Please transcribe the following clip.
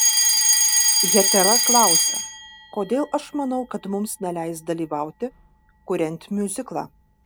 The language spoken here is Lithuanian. hetera klausia kodėl aš manau kad mums neleis dalyvauti kuriant miuziklą